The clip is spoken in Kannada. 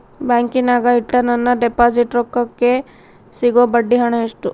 ಬ್ಯಾಂಕಿನಾಗ ಇಟ್ಟ ನನ್ನ ಡಿಪಾಸಿಟ್ ರೊಕ್ಕಕ್ಕೆ ಸಿಗೋ ಬಡ್ಡಿ ಹಣ ಎಷ್ಟು?